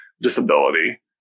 disability